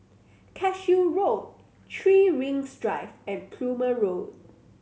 Cashew Road Three Rings Drive and Plumer Road